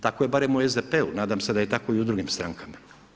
Tako je barem u SDP-u, nadam se da je tako i u drugim strankama.